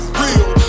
real